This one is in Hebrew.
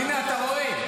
הינה, אתה רואה?